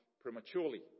prematurely